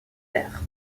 l’air